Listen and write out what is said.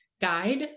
guide